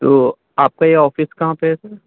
تو آپ کا یہ آفس کہاں پہ ہے سر